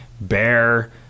bear